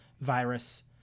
virus